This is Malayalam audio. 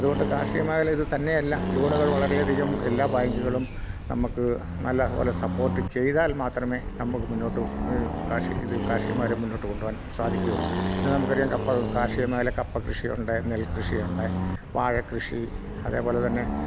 അതുകൊണ്ട് കാർഷിക മേഖല ഇത് തന്നെ അല്ല ലോണുകൾ വളരെയധികം എല്ലാ ബാങ്കുകളും നമുക്ക് നല്ലപോലെ സപ്പോർട്ട് ചെയ്താൽ മാത്രമേ നമുക്ക് മുന്നോട്ട് ഇത് കാർഷിക മേഖല മുന്നോട്ട് കൊണ്ടു പോവാൻ സാധിക്കുകയുള്ളൂ ഇന്ന് നമുക്ക് അറിയാം കാർഷിക മേഖല കപ്പ കൃഷിയുണ്ട് നെൽകൃഷി ഉണ്ട് വാഴകൃഷി അതേപോലെ തന്നെ